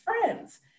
friends